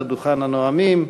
לדוכן הנואמים,